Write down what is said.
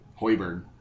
Hoiberg